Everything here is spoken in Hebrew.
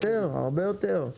הרבה יותר.